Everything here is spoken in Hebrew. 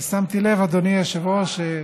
שמתי לב, אדוני היושב-ראש,